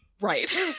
Right